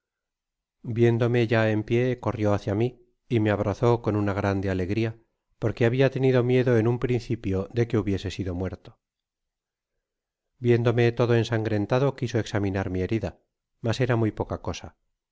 viéndome ya en pio corrio hácia mi y me abrazó con una grande alegria porque habia tenido miedo en un principio de que hubiese sido muerto viéndome todo ensangrentado quiso examinar mi herida mas era muy poca cosa